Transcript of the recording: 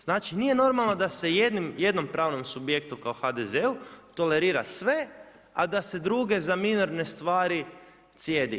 Znači nije normalno da se jednom pravnom subjektu kao HDZ-u tolerira sve a da se druge za minorne stvari cijedi.